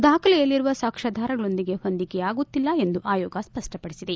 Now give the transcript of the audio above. ದಾಖಲೆಯಲ್ಲಿರುವ ಸಾಕ್ಷ್ಮಾಧಾರಗಳೊಂದಿಗೆ ಹೊಂದಿಕೆಯಾಗುತ್ತಿಲ್ಲ ಎಂದು ಆಯೋಗ ಸ್ಪಪ್ಪಪಡಿಸಿದೆ